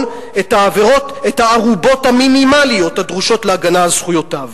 את הערובות המינימליות הדרושות להגנה על זכויותיו,